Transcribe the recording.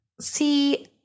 See